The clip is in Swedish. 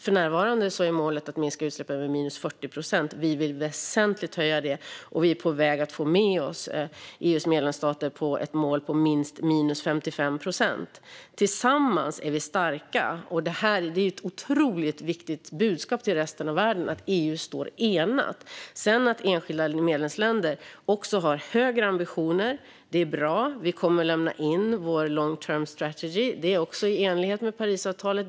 För närvarande är målet att minska utsläppen med 40 procent, och vi vill väsentligt höja det. Vi är på väg att få med oss EU:s medlemsstater på ett mål om minst minus 55 procent. Tillsammans är vi starka, och det är ett otroligt viktigt budskap till resten av världen att EU står enat. Att enskilda medlemsländer sedan har högre ambitioner är bra. Vi kommer att lämna in vår long-term strategy, vilket också är i enlighet med Parisavtalet.